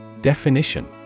Definition